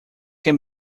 can